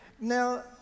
Now